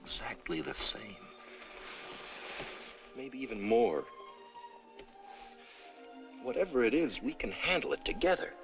exactly the same maybe even more whatever it is we can handle it together